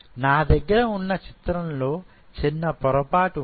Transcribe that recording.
నా దగ్గర ఉన్న చిత్రంలో చిన్న పొరపాటు ఉన్నది